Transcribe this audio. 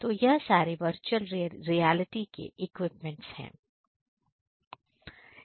तो यह सारे वर्चुअल रियलिटी के इक्विपमेंट्स है